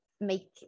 make